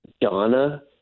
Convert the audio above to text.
Donna